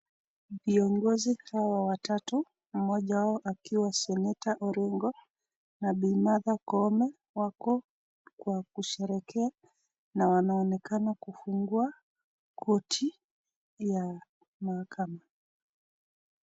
Viongozi hawa watatu, mmoja wao akiwa seneta Orengo na bi Martha Koome wako kwa kusherekea na wanaonekana kufungua koti ya mahakama.